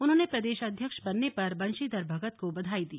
उन्होंने प्रदेश अध्यक्ष बनने पर बंशीधर भगत को बधाई दी